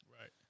Right